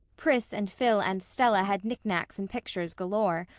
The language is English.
pris and phil and stella had knick-knacks and pictures galore,